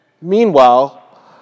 Meanwhile